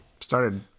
started